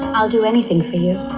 i will do anything for you.